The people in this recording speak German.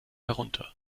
herunter